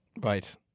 Right